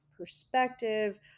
Perspective